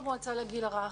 לגיל הרך,